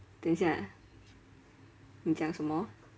等一下你讲什么